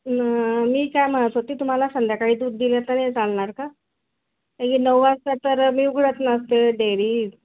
न मी काय म्हणत होते तुम्हाला संध्याकाळी दूध दिलं तर नाही चालणार का कारण की नऊ वाजता तर मी उघडत नसते डेअरी